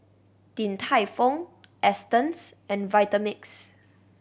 Din Tai Fung Astons and Vitamix